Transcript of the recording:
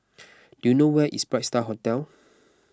do you know where is Bright Star Hotel